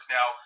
Now